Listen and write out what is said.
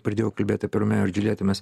pradėjau kalbėt apie romeo ir džuljetą mes